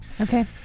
Okay